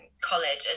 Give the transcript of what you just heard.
college